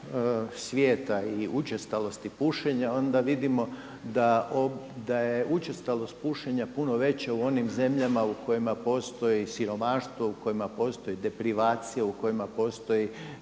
svijeta i učestalosti pušenja, onda vidimo da je učestalost pušenja puno veća u onim zemljama u kojima postoji siromaštvo, u kojima postoji deprivacija, u kojima postoji